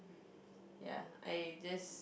ya I just